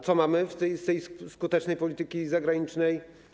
Co mamy ze skutecznej polityki zagranicznej?